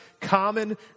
common